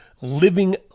living